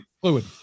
Fluid